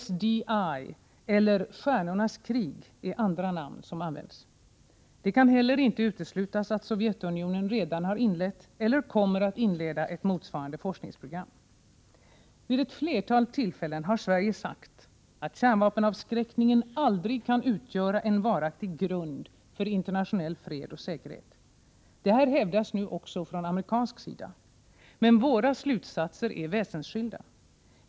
SDI eller ”Stjärnornas krig” är andra namn som används. Det kan heller inte uteslutas att Sovjetunionen redan har inlett eller kommer att inleda ett motsvarande forskningsprogram. Vid ett flertal tillfällen har Sverige sagt att kärnvapenavskräckningen aldrig kan utgöra en varaktig grund för internationell fred och säkerhet. Detta hävdas nu även från amerikansk sida. Men våra slutsatser är väsensskilda.